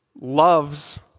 loves